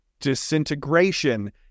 disintegration